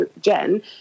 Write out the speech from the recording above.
Jen